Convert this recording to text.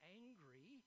angry